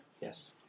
Yes